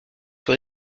sur